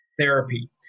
therapy